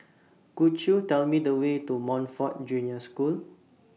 Could YOU Tell Me The Way to Montfort Junior School